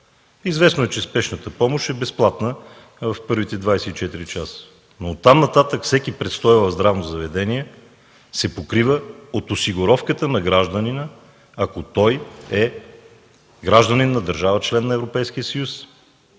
Известно е, че спешната помощ е безплатна в първите 24 часа, но оттам нататък всеки престой в здравно заведение се покрива от осигуровката на гражданина, ако той е гражданин на държава – член на Европейския съюз.